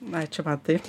ačiū mantai